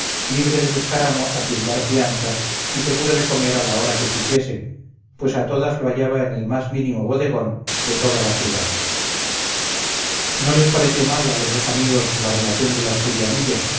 libre de buscar amo a quien dar fianzas y seguro de comer a la hora que quisiese pues a todas lo hallaba en el más mínimo bodegón de toda la ciudad no les pareció mal a los dos amigos la relación del asturianillo